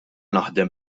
naħdem